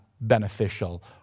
beneficial